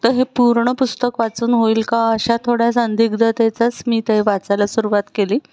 तर हे पूर्ण पुस्तक वाचून होईल का अशा थोड्या संदिग्धतेतच मी ते वाचायला सुरवात केली